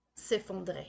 s'effondrer